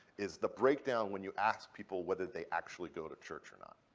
is the breakdown when you ask people whether they actually go to church or not.